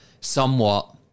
somewhat